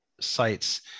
sites